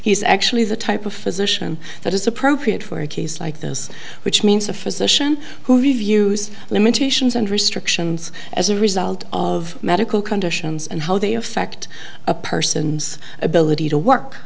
he's actually the type of physician that is appropriate for a case like this which means a physician who reviews limitations and restrictions as a result of medical conditions and how they affect a person's ability to work